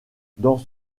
dans